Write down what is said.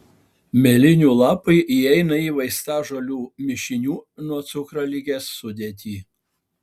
mėlynių lapai įeina į vaistažolių mišinių nuo cukraligės sudėtį